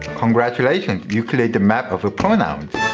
congratulations, you cleared the map of pronouns!